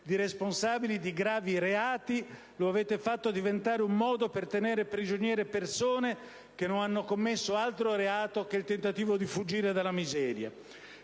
di responsabili di gravi reati lo avete fatto diventare un modo per tenere prigioniere persone che non hanno commesso altro reato che il tentativo di fuggire dalla miseria.